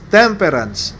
temperance